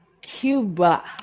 Cuba